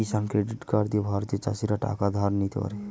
কিষান credit card দিয়ে ভারতের চাষীরা টাকা ধার নিতে পারে